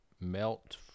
melt